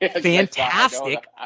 fantastic